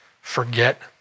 forget